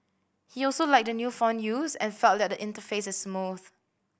he also liked the new font used and felt that the interface is smooth